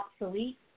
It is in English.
obsolete